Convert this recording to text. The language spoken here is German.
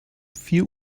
vier